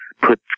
put